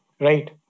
Right